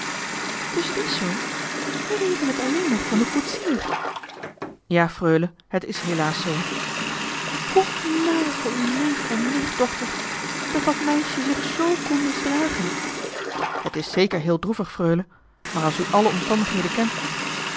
is het zoo we weten het alleen nog van de koetsier johan de meester de zonde in het deftige dorp ja freule het is helaas zoo hoe naar voor uw neef en nicht dokter dat dat meisje zich zoo kon misdragen het is zeker heel droevig freule maar als u alle omstandigheden kent